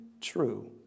true